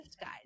guide